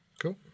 Cool